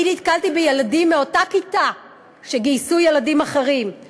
אני נתקלתי בילדים שגייסו ילדים אחרים מאותה כיתה.